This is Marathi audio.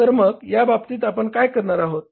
तर मग या बाबतीत आपण काय करणार आहोत